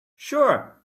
sure